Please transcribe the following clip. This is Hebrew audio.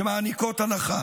שמעניקות הנחה,